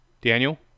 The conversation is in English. Daniel